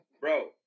Bro